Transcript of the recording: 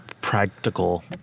practical